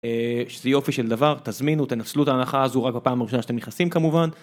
שזה יופי של דבר, תזמינו, תנצלו את ההנחה הזו, רק בפעם הראשונה שאתם נכנסים כמובן.